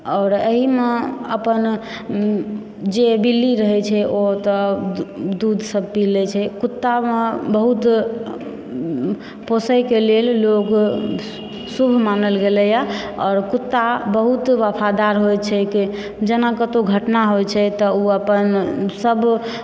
आओर एहिमे अपन जे बिल्ली रहै छै ओ तऽ दूध सबऽ पी लै छै कुत्ता मे बहुत पोसय के लेल लोग शुभ मानल गेलै हे आओर कुत्ता बहुत वफादार होइ छैक जेना कत्तौ घटना होइ छै तऽ ओ अपन सब